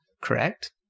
correct